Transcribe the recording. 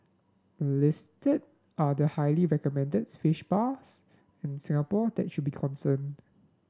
listed are the highly recommended fish spas in Singapore that should be concerned